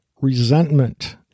resentment